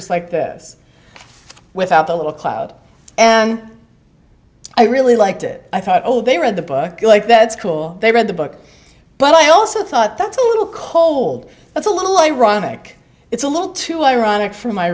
just like this without the little cloud and i really liked it i thought oh they read the book like that's cool they read the book but i also thought that's a little cold it's a little ironic it's a little too ironic for my